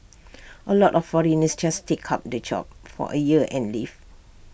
A lot of foreigners just take up the job for A year and leave